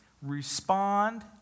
respond